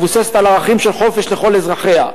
המבוססת על ערכים של חופש לכל אזרחיה,